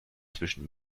zwischen